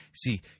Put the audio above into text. See